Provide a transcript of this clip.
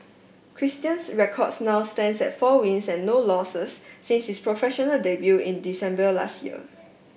Christian's records now stands at four wins and no losses since his professional debut in December last year